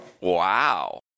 Wow